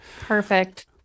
Perfect